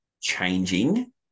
changing